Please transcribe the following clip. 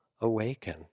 awaken